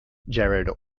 jared